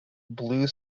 blue